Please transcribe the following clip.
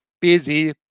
busy